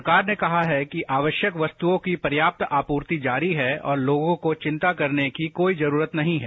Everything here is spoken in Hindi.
सरकार ने कहा है कि आवश्यक वस्तुओं की पर्याप्त आपूर्ति जारी है और लोगों को चिंता करने की कोई जरूरत नहीं है